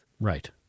Right